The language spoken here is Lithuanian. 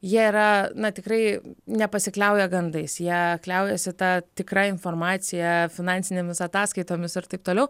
jie yra na tikrai nepasikliauja gandais jie kliaujasi ta tikra informacija finansinėmis ataskaitomis ir taip toliau